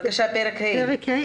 פרק ה'